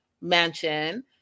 mansion